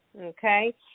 okay